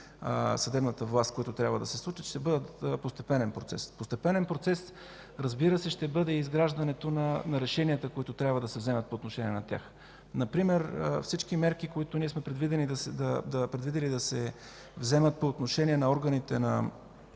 съдебната власт, които трябва да се случат, ще бъдат постепенен процес. Постепенен процес, разбира се, ще бъде и изграждането на решенията, които трябва да се вземат по отношение на тях. Например всички мерки, които ние сме предвидили да се вземат по отношение на органите на